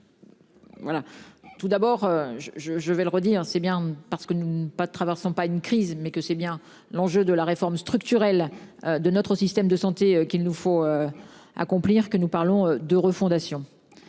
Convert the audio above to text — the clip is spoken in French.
tout d'abord je je je vais le redire, c'est bien parce que nous ne pas de travers sont pas une crise mais que c'est bien l'enjeu de la réforme structurelle de notre système de santé qu'il nous faut. Accomplir que nous parlons de refondation.